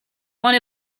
one